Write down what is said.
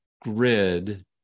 grid